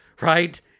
right